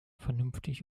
vernünftig